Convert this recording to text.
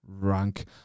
rank